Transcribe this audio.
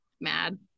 mad